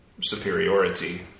superiority